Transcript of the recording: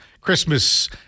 Christmas